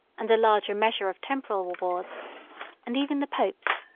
and a larger measure of temporal rewards and even the popes,